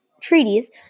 treaties